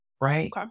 right